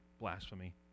blasphemy